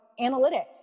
analytics